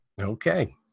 Okay